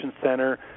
center